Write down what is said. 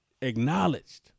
acknowledged